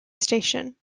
station